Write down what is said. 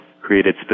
created